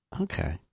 Okay